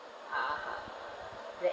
ah bad